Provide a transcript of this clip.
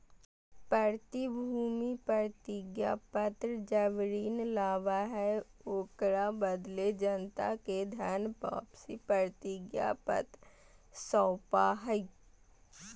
प्रतिभूति प्रतिज्ञापत्र जब ऋण लाबा हइ, ओकरा बदले जनता के धन वापसी के प्रतिज्ञापत्र सौपा हइ